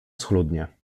schludnie